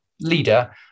leader